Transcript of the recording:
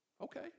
okay